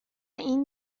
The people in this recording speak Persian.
این